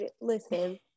Listen